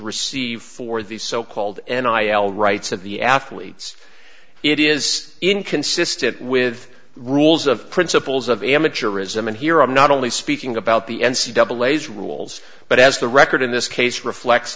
receive for these so called and i l rights of the athletes it is inconsistent with rules of principles of amateurism and here i'm not only speaking about the n c double a's rules but as the record in this case reflects